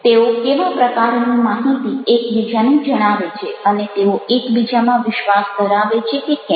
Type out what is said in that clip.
તેઓ કેવા પ્રકારની માહિતી એકબીજાને જણાવે છે અને તેઓ એકબીજામાં વિશ્વાસ ધરાવે છે કે કેમ